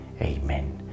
Amen